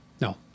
No